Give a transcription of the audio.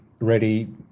ready